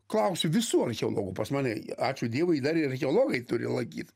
klausiu visų archeologų pas mane ačiū dievui dar ir geologai turi lankyt